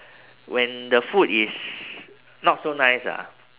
when the food is not so nice ah